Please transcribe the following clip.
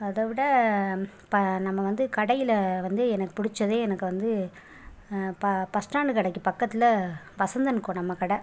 அதைவிட இப்போ நம்ம வந்து கடையில் வந்து எனக்கு பிடிச்சதே எனக்கு வந்து பஸ் ஸ்டாண்ட் கடைக்கி பக்கத்தில் வசந்த் அண்ட் கோ நம்ம கடை